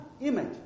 image